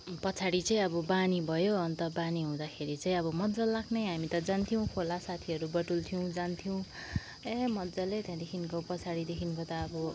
पछाडि चाहिँ अब बानी भयो अन्त बानी हुँदाखेरि चाहिँ अब मज्जा लाग्ने हामी त जान्थ्यौँ खोला साथीहरू बटुल्थ्यौँ जान्थ्यौँ ए मज्जाले त्याँदेखिको पछाडिदेखिको त अब